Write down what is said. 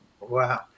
Wow